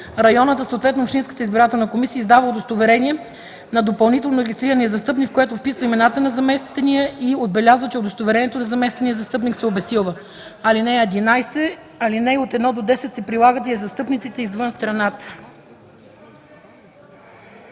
Районната, съответно общинската избирателна комисия издава удостоверение на допълнително регистрирания застъпник, в което вписва имената на заместения и отбелязва, че удостоверението на заместения застъпник се обезсилва. (11) Алинеи 1-10 се прилагат и за застъпниците извън страната.”